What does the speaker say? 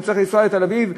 הוא צריך לנסוע לתל-אביב,